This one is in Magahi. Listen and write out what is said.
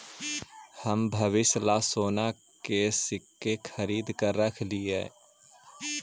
हम भविष्य ला सोने के सिक्के खरीद कर रख लिए